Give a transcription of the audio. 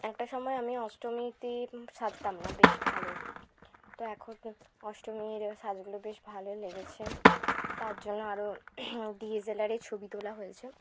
একটা সময় আমি অষ্টমীতে সাজতাম না বেশ ভালো তো এখন অষ্টমীর সাজগুলো বেশ ভালো লেগেছে তার জন্য আরও ডি এস এল আরে ছবি তোলা হয়েছে